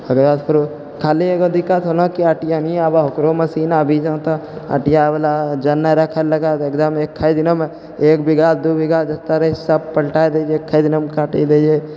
ओकरा बाद फेरो खाली एगो दिक्कत होलो कि अटियानी आब ओकरो मशीन आबि जाउ तऽ अटियावला जन नहि रखै लगऽ एकदम एकै दिनमे एक बीघा दू बीघा जतऽ रहै सब पलटाइ दै रहै कइ दिनोमे काटि रहै जे